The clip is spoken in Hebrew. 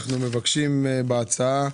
בהצעה,